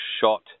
shot